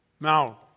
Now